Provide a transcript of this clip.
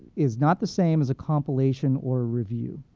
is not the same as a compilation or a review.